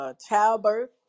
childbirth